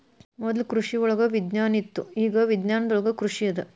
ಮೊದ್ಲು ಕೃಷಿವಳಗ ವಿಜ್ಞಾನ ಇತ್ತು ಇಗಾ ವಿಜ್ಞಾನದೊಳಗ ಕೃಷಿ ಅದ